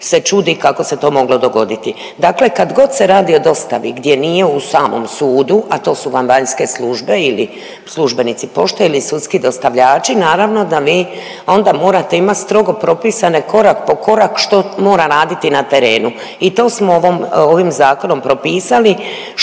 se čudi kako se to moglo dogoditi. Dakle, kadgod se radi o dostavi gdje nije u samom sudu, a to su vam vanjske službe ili službenici pošte ili sudski dostavljači naravno da vi onda morate imat strogo propisane korak po korak što mora raditi na terenu i to smo ovim zakonom propisali